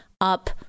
up